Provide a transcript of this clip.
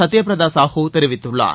சத்தியபிரதா சாகூ தெரிவித்துள்ளார்